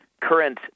current